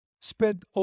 spent